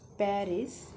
Paris